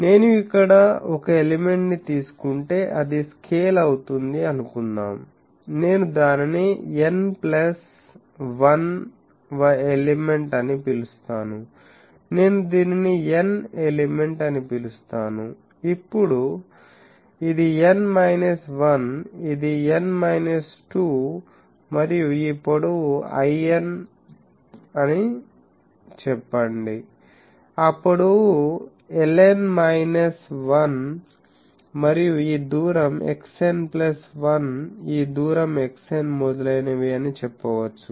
నేను ఇక్కడ ఒక ఎలిమెంట్ ని తీసుకుంటే అది స్కేల్ అవుతుంది అనుకుందాం నేను దానిని n ప్లస్ 1 వ ఎలిమెంట్ అని పిలుస్తాను నేను దీనిని n ఎలిమెంట్ అని పిలుస్తాను అప్పుడు ఇది n మైనస్ 1 ఇది n మైనస్ 2 మరియు ఈ పొడవు ln అని చెప్పండి ఈ పొడవు ln మైనస్ 1 మరియు ఈ దూరం xn 1 ఈ దూరం xn మొదలైనవి అని చెప్పవచ్చు